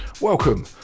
Welcome